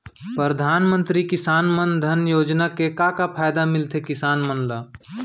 परधानमंतरी किसान मन धन योजना के का का फायदा मिलथे किसान मन ला?